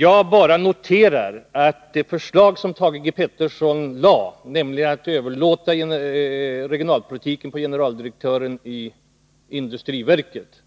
Jag bara noterar att Thage Petersons förslag att överlåta regionalpolitiken på generaldirektören i industriverket